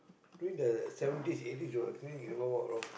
during the seventies eighties I think it's uh